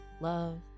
love